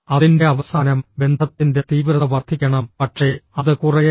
അതിന്റെ അവസാനം ബന്ധത്തിന്റെ തീവ്രത വർദ്ധിക്കണം പക്ഷേ അത് കുറയരുത്